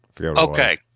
Okay